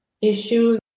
issue